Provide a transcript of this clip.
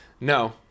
no